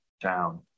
down